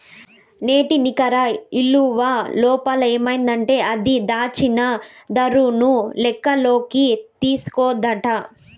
నేటి నికర ఇలువల లోపమేందంటే అది, దాచిన దరను లెక్కల్లోకి తీస్కోదట